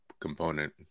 component